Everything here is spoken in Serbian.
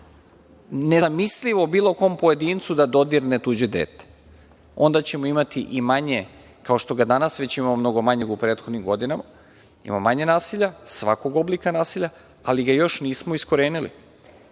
nezamislivo bilo kom pojedincu da dodirne tuđe dete, onda ćemo imati i manje, kao što ga danas već imamo mnogo manje nego u prethodnim godinama, ima manje nasilja, svakog oblika nasilja, ali ga još nismo iskorenili.